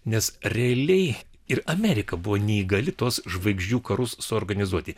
nes realiai ir amerika buvo neįgali tuos žvaigždžių karus suorganizuoti